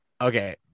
okay